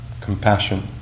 compassion